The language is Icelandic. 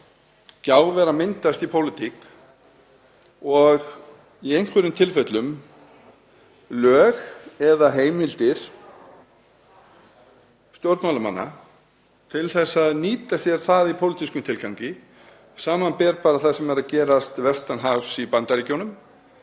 gjá vera að myndast í pólitík og í einhverjum tilfellum lög eða heimildir til stjórnmálamanna til að nýta sér það í pólitískum tilgangi, samanber það sem er að gerast vestanhafs í Bandaríkjunum,